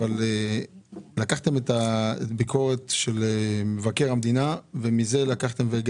לקחתם את הביקורת של מבקר המדינה והפקתם אתה